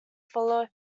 fellow